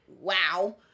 wow